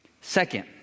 Second